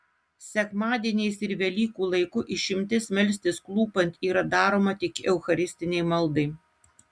sekmadieniais ir velykų laiku išimtis melstis klūpint yra daroma tik eucharistinei maldai